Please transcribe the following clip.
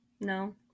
No